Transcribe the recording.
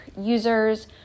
users